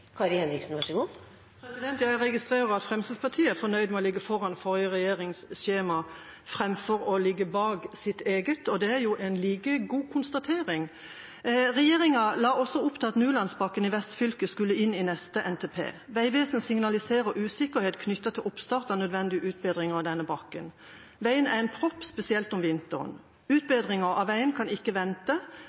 Jeg registrerer at Fremskrittspartiet er fornøyd med å ligge foran forrige regjerings skjema framfor å ligge bak sitt eget, og det er jo en like god konstatering. Regjeringa la også opp til at Nulandsbakken i Vestfylket skulle inn i siste NTP. Vegvesenet signaliserer usikkerhet knyttet til oppstart av nødvendige utbedringer av denne bakken. Veien er en propp spesielt om vinteren. Utbedring av veien kan ikke vente.